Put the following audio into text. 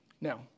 Now